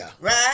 right